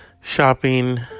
shopping